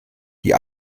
die